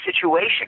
situation